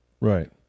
Right